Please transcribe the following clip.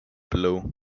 below